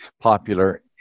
popular